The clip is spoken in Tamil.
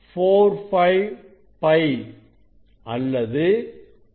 45π அல்லது 1